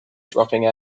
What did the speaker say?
dropping